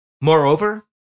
Moreover